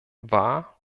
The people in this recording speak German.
war